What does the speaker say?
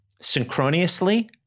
synchronously